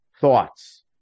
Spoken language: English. Thoughts